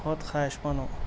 بہت خواہشمند ہوں